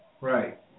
Right